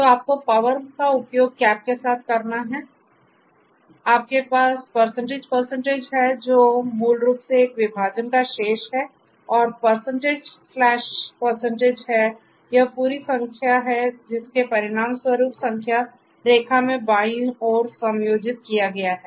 तो आपको power का उपयोग के साथ करना है तो आपके पास है जो मूल रूप से एक विभाजन का शेष है और यह है यह पूरी संख्या है जिसके परिणामस्वरूप संख्या रेखा में बाईं ओर समायोजित किया गया है